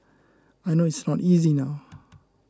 I know it's not easy now